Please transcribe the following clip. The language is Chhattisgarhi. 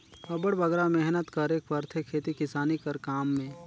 अब्बड़ बगरा मेहनत करेक परथे खेती किसानी कर काम में